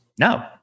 No